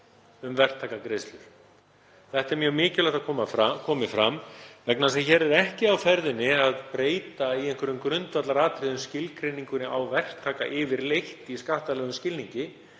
um verktakagreiðslur. Það er mjög mikilvægt að þetta komi fram vegna þess að hér er ekki á ferðinni að breyta í einhverjum grundvallaratriðum skilgreiningunni á verktaka eða verktöku yfirleitt í skattalegum skilningi,